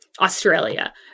Australia